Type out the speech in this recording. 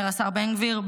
אומר השר בן גביר,